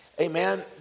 Amen